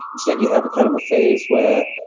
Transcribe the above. instead you have a kind of face where